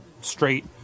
straight